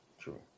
True